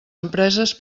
empreses